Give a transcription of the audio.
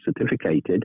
certificated